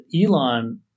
Elon